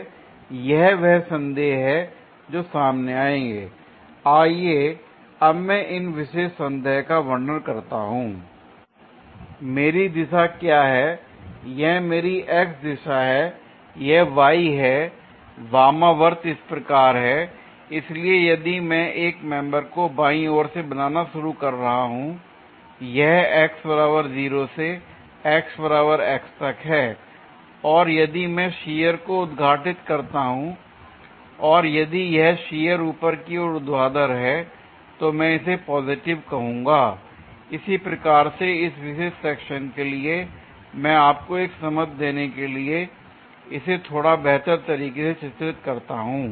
यह वह संदेह हैं जो सामने आएंगे l आइए अब मैं इन विशेष संदेह का वर्णन करता हूं l मेरी दिशा क्या है यह मेरी x दिशा है यह y है वामावर्त इस प्रकार है l इसलिए यदि मैं एक मेंबर को बाईं ओर से बनाना शुरू कर रहा हूं यह से तक है और यदि मैं शियर को उद्घाटित करता हूं और यदि यह शियर ऊपर की ओर ऊर्ध्वाधर है तो मैं इसे पॉजिटिव कहूंगा l इसी प्रकार से इस विशेष सेक्शन के लिए मैं आपको एक समझ देने के लिए इसे थोड़ा बेहतर तरीके से चित्रित करता हूं